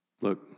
Look